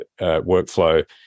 workflow